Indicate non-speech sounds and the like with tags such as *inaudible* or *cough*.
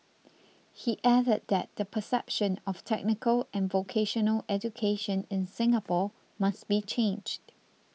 *noise* he added that the perception of technical and vocational education in Singapore must be changed